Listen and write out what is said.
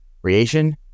creation